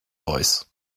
boys